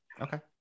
Okay